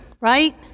right